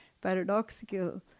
paradoxical